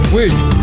Wait